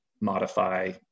modify